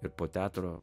ir po teatro